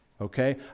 Okay